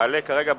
יעלה כרגע,